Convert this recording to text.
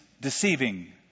deceiving